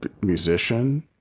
musician